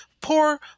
poor